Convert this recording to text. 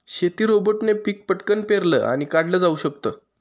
शेती रोबोटने पिक पटकन पेरलं आणि काढल जाऊ शकत